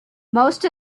most